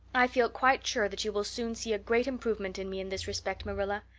i feel quite sure that you will soon see a great improvement in me in this respect, marilla.